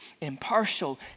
impartial